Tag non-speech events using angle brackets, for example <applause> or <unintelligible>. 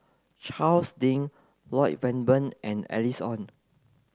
Charles <unintelligible> Lloyd Valberg and Alice Ong